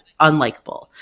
unlikable